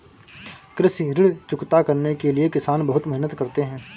कृषि ऋण चुकता करने के लिए किसान बहुत मेहनत करते हैं